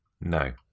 No